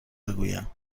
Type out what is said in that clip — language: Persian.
بگویم